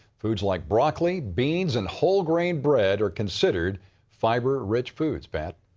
foods like broccoli, beans, and whole-grain bread are considered fiber-rich foods, pat.